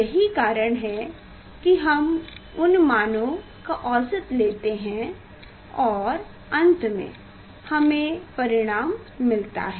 यही कारण है कि हम उन मानों का औसत लेते हैं और अंत में हमें परिणाम मिलता है